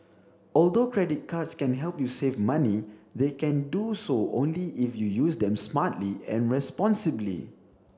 although credit cards can help you save money they can do so only if you use them smartly and responsibly